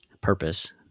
purpose